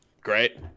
great